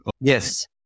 yes